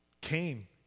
came